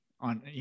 on